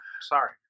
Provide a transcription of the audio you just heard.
sorry